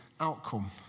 outcome